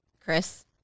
Chris